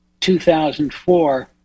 2004